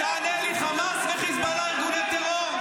תענה לי, חמאס וחיזבאללה הם ארגוני טרור?